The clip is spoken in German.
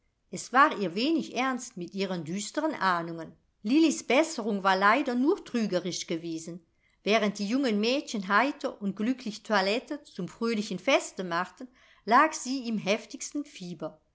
es war ihr wenig ernst mit ihren düstern ahnungen lillis besserung war leider nur trügerisch gewesen während die jungen mädchen heiter und glücklich toilette zum fröhlichen feste machten lag sie im heftigsten fieber